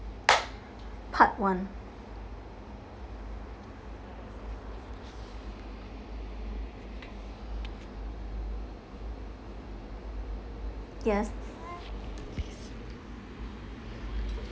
part one yes